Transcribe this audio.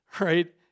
right